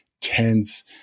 tense